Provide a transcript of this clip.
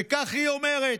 וכך היא אומרת: